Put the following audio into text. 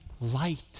light